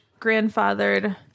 Grandfathered